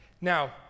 Now